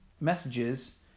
messages